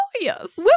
yes